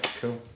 cool